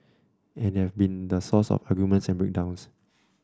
and they have been the source of arguments and break downs